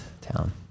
town